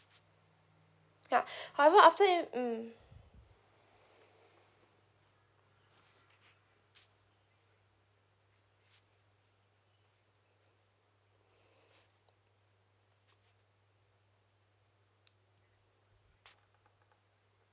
ya however after you mm